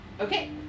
Okay